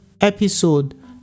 episode